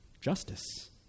Justice